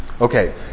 Okay